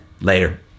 Later